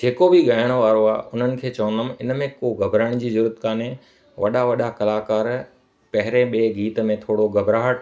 जेको बि ॻाइण वारो आहे उन्हनि खे चवंदुमि इन में को घबराइण जी ज़रूरत कोन्हे वॾा वॾा कलाकार पहिरें ॿे गीत में थोरो घबराहट